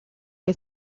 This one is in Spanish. que